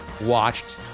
watched